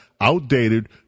outdated